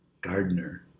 gardener